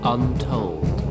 Untold